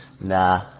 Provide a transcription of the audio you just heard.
Nah